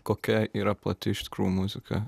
kokia yra pati iš tikrųjų muzika